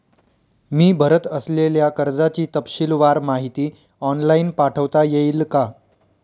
मी भरत असलेल्या कर्जाची तपशीलवार माहिती ऑनलाइन पाठवता येईल का?